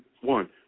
one